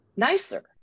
nicer